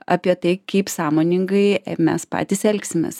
apie tai kaip sąmoningai mes patys elgsimės